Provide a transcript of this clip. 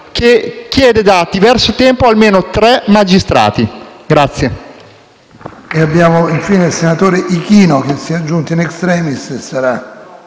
che chiede da diverso tempo almeno tre magistrati.